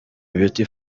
beauty